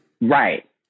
Right